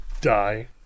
Die